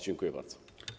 Dziękuję bardzo.